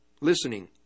listening